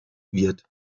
wird